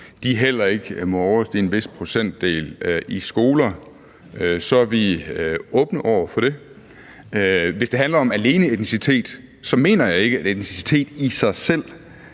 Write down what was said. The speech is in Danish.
heller ikke må overstige en vis procentdel i skoler, så er vi åbne over for det. Hvis det handler alene om etnicitet, mener jeg ikke, at etnicitet i sig selv